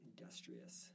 industrious